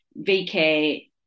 VK